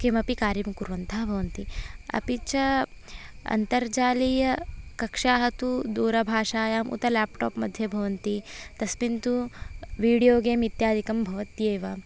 किमपि कार्यं कुर्वन्तः भवन्ति अपि च अन्तर्जालीयकक्ष्याः तु दूरभाषायां उत लेप्टाप् मध्ये भवन्ति तस्मिन् तु वीडियोगेम् इत्यादिकं भवत्येव